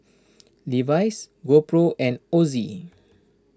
Levi's GoPro and Ozi